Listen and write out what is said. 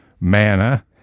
manna